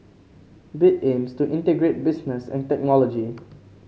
bit aims to integrate business and technology